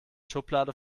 schublade